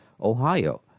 Ohio